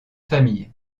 famille